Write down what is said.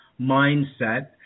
mindset